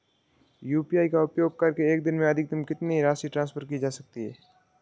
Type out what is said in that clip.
UPI का उपयोग करके एक दिन में अधिकतम कितनी राशि ट्रांसफर की जा सकती है?